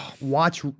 watch